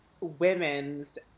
women's